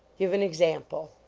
give an example.